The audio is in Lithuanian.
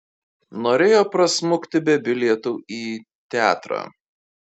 norėjo prasmukti be bilietų į teatrą